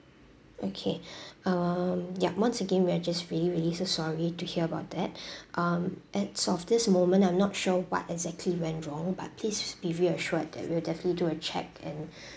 okay um ya once again we are just really really so sorry to hear about that um and so of this moment I'm not sure what exactly went wrong but please be reassured that we'll definitely do a check and